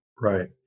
right